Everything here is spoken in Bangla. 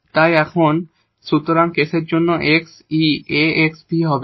তাই এখন সুতরাং কেসের জন্য X 𝑒 𝑎𝑥𝑉 হবে